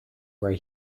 where